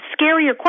scarier